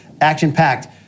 action-packed